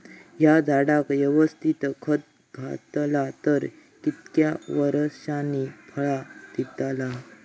हया झाडाक यवस्तित खत घातला तर कितक्या वरसांनी फळा दीताला?